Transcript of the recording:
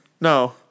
No